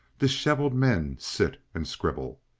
disheveled men sit and scribble.